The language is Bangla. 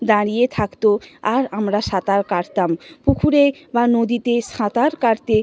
দাঁড়িয়ে থাকত আর আমরা সাঁতার কাটতাম পুকুরে বা নদীতে সাঁতার কাটতে